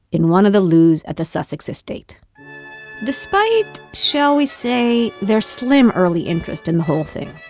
in one of the loos at the sussex estate despite, shall we say, their slim early interest in the whole thing,